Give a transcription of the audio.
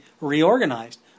reorganized